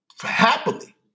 happily